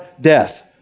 death